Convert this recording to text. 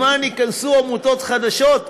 למען ייכנסו עמותות חדשות.